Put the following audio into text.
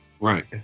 Right